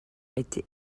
était